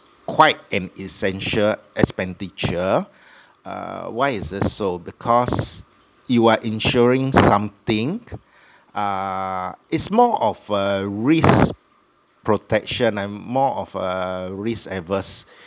quite an essential expenditure uh why is it so because you are insuring something uh its more of a risk protection like more of a risk adverse